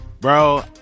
bro